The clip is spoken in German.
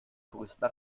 touristen